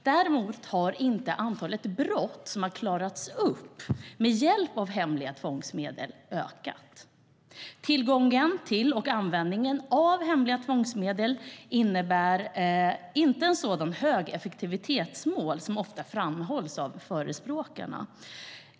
Däremot har inte antalet brott som har klarats upp med hjälp av hemliga tvångsmedel ökat. Tillgången till och användandet av hemliga tvångsmedel innebär inte en sådan hög effektivitetsnivå som ofta framhålls av förespråkarna.